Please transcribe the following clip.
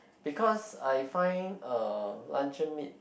because I find uh luncheon meat